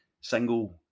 single